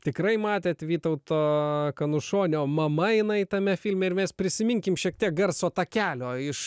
tikrai matėt vytauto kanušonio mama jinai tame filme ir mes prisiminkim šiek tiek garso takelio iš